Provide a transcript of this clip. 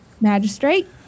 magistrate